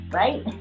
right